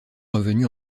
revenu